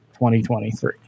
2023